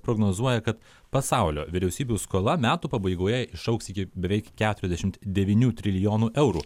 prognozuoja kad pasaulio vyriausybių skola metų pabaigoje išaugs iki beveik keturiasdešimt devynių trilijonų eurų